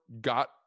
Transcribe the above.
got